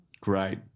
Great